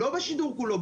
לא בשידור כולו,